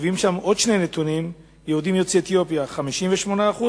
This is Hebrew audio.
מביאים שם עוד שני נתונים: יוצאי אתיופיה, 58%,